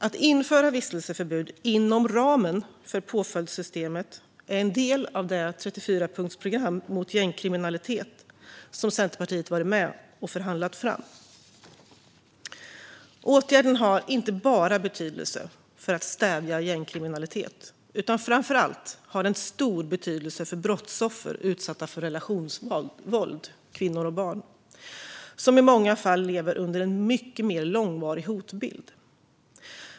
Att införa vistelseförbud inom ramen för påföljdssystemet är en del av det 34-punktsprogram mot gängkriminalitet som Centerpartiet har varit med och förhandlat fram. Åtgärden har betydelse inte bara när det gäller att stävja gängkriminaliteten. Den har framför allt stor betydelse för brottsoffer som har varit utsatta för relationsvåld - kvinnor och barn - som i många fall lever under en mycket mer långvarig hotbild.